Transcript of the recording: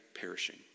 perishing